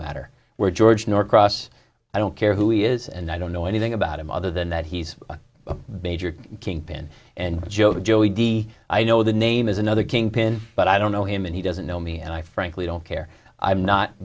matter where george norcross i don't care who he is and i don't know anything about him other than that he's major kingpin and joe joe di i know the name is another kingpin but i don't know him and he doesn't know me and i frankly don't care i'm not